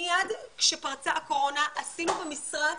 מיד כשפרצה הקורונה עשינו במשרד